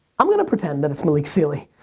i'm gonna pretend that it's malik sealy.